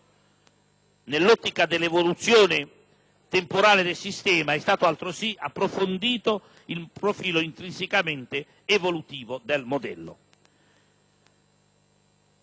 nell'ottica dell'evoluzione temporale del sistema, è stato altresì approfondito il profilo intrinsecamente evolutivo del modello.